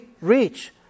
reach